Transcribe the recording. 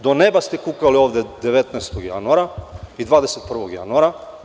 Do neba ste kukali 19. januara, 21. januara.